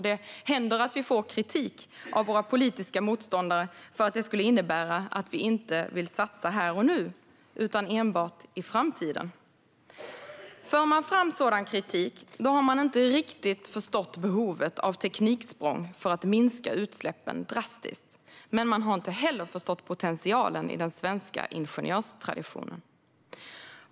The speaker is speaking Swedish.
Det händer att vi får kritik av våra politiska motståndare för att detta skulle innebära att vi inte vill satsa här och nu utan enbart i framtiden. För man fram sådan kritik har man inte riktigt förstått behovet av tekniksprång för att minska utsläppen drastiskt. Man har inte heller förstått potentialen i den svenska ingenjörstraditionen.